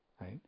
right